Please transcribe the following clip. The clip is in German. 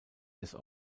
des